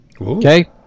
okay